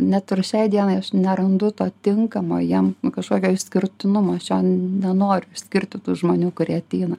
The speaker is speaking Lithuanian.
net ir šiai dienai aš nerandu to tinkamo jiem kažkokio išskirtinumo aš jo nenoriu išskirti tų žmonių kurie ateina